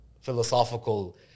philosophical